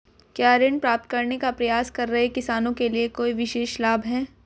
क्या ऋण प्राप्त करने का प्रयास कर रहे किसानों के लिए कोई विशेष लाभ हैं?